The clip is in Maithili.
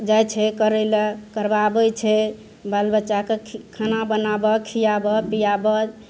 तऽ जाइ छै करै लए करबाबै छै बालबच्चाके खाना बनाबऽ खिआबऽ पिआबऽ